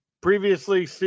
previously